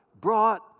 brought